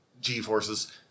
G-forces